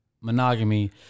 monogamy